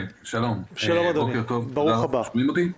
בוקר טוב, אדוני.